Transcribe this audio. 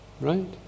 right